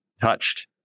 touched